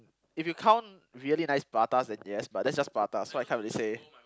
if you count really nice pratas then yes but that's just pratas so I can't really say